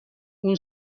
اون